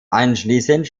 anschließend